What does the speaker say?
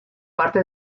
parte